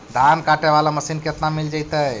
धान काटे वाला मशीन केतना में मिल जैतै?